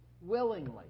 willingly